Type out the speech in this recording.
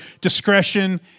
discretion